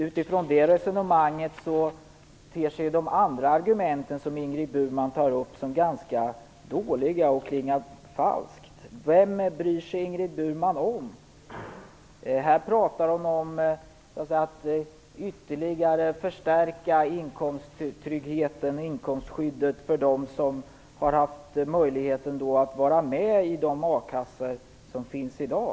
Utifrån det resonemanget ter sig de andra argumenten som Ingrid Burman tar upp som ganska dåliga och klingar falskt. Vem bryr sig Ingrid Burman om? Här pratar hon om att ytterligare förstärka inkomsttryggheten och inkomstskyddet för dem som har haft möjlighet att vara med i de a-kassor som finns i dag.